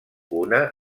una